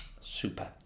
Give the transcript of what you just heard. Super